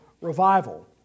revival